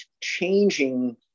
changing